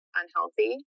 unhealthy